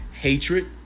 hatred